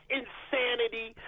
insanity